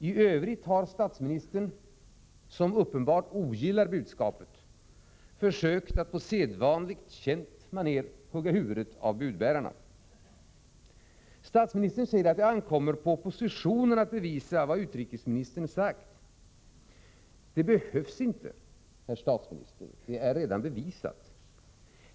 I övrigt har statsministern — som uppenbarligen ogillar budskapet — försökt att på sedvanligt känt maner hugga huvudet av budbärarna. Statsministern säger att det ankommer på oppositionen att bevisa vad utrikesministern har sagt. Det behövs inte, herr statsminister — det är redan bevisat.